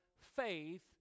faith